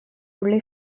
only